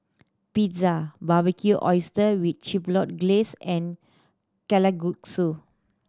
Pizza Barbecued Oyster with Chipotle Glaze and Kalguksu